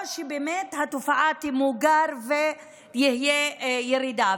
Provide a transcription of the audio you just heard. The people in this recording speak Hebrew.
שבאמת התופעה תמוגר ותהיה ירידה?